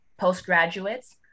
postgraduates